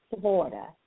Florida